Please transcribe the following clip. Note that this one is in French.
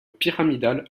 pyramidale